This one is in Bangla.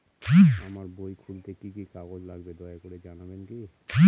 আমার বই খুলতে কি কি কাগজ লাগবে দয়া করে জানাবেন কি?